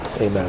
Amen